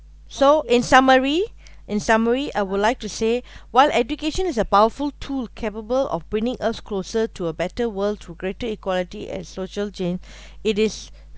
so in summary in summary I would like to say while education is a powerful tool capable of bringing us closer to a better world through greater equality and social change it is